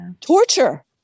torture